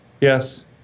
Yes